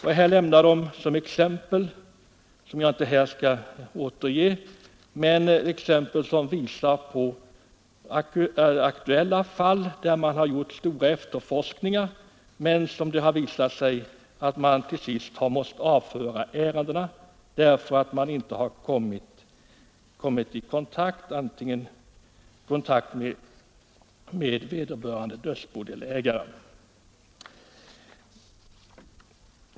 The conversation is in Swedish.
Det finns också exempel, som jag inte här skall återge, på aktuella fall där man gjort stora efterforskningar men där det visat sig att man till sist har måst avföra ärendena därför att man inte kommit i kontakt med vederbörande dödsbodelägare.